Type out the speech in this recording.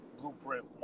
Blueprint